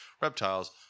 reptiles